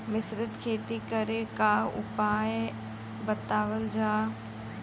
मिश्रित खेती करे क उपाय बतावल जा?